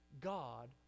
god